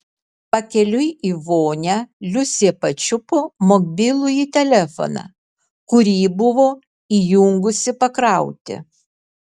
pakeliui į vonią liusė pačiupo mobilųjį telefoną kurį buvo įjungusi pakrauti